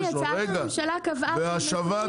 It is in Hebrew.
ההצעה שהצעת עכשיו טובה מאוד,